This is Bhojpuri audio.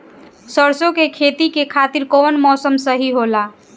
सरसो के खेती के खातिर कवन मौसम सही होला?